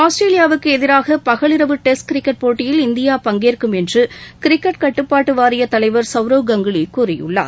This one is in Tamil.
ஆஸ்திரேலியாவுக்கு எதிராக பகல் இரவு டெஸ்ட் கிரிக்கெட் போட்டியில் இந்தியா பங்கேற்கும் என்று கிரிக்கெட் கட்டுப்பாட்டு வாரியத் தலைவர் சவ்ரவ் கங்குலி கூறியுள்ளார்